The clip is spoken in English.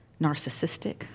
narcissistic